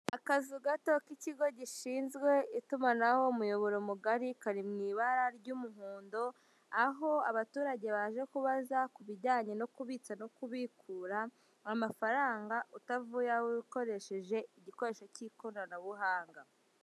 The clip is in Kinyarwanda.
Akazu gato k'ikigo gishinzwe itumanaho umuyoboro mugari kari mw'ibara ry'umuhondo aho abaturage baje kubaza kubijyanye no kubitsa no kubikura amafaranga utavuye aho uri ukoresheje igikoresheje igikoresho cy'ikoranabuhanga.